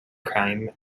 crime